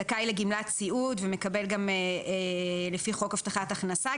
זכאי לגמלת סיעוד ומקבל גם גמלה לפי חוק הבטחת הכנסה.